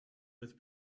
with